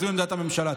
זאת עמדת הממשלה.